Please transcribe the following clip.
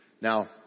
Now